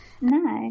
no